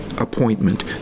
appointment